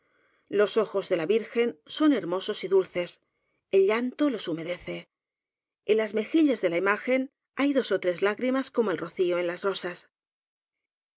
los ojos de la virgen son hermosos y dul ces el llanto los humedece en las mejillas de la imagen hay dos ó tres lágrimas como el rocío en las rosas